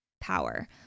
power